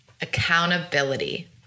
accountability